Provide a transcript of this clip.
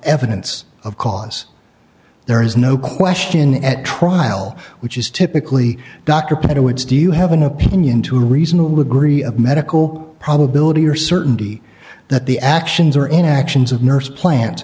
evidence of cause there is no question at trial which is typically dr peter woods do you have an opinion to reasonable agree a medical probability or certainty that the actions or inactions of nurse plant